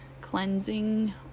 cleansing